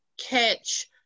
catch